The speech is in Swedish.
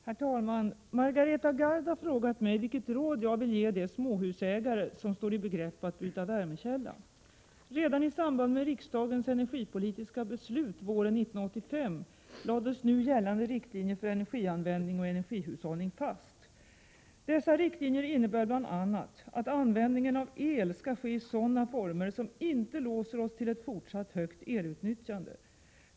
Herr talman! Margareta Gard har frågat mig vilket råd jag vill ge de småhusägare som står i begrepp att byta värmekälla. Redan i samband med riksdagens energipolitiska beslut våren 1985 lades nu gällande riktlinjer för energianvändning och energihushållning fast. Dessa riktlinjer innebär bl.a. att användningen av el skall ske i sådana former som inte låser oss till ett fortsatt högt elutnyttjande.